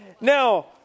now